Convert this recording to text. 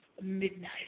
midnight